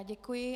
Děkuji.